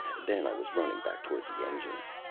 then i was running back toward the engines.